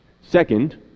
Second